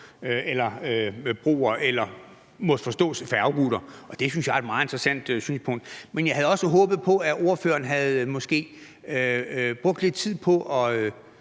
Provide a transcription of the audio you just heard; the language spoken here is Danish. eller færgeruter, måtte man også forstå. Det synes jeg er et meget interessant synspunkt. Men jeg havde også håbet på, at ordføreren måske havde brugt lidt tid på at